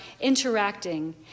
interacting